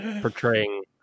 portraying